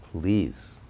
please